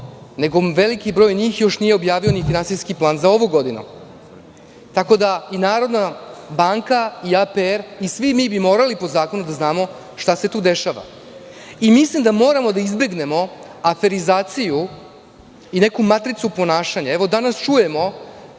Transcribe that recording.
nego veliki broj njih još nije objavio ni finansijski plan za ovu godinu. Tako da, Narodna banka, APR i svi mi bismo morali po zakonu da znamo šta se tu dešava. Mislim da moramo da izbegnemo aferizaciju i neku matricu ponašanja. Danas čujemo